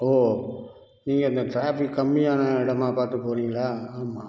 ஓ நீங்கள் அந்த ட்ராஃபிக் கம்மியான இடமா பார்த்து போறிங்களா ஆமாம்